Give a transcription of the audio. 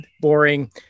boring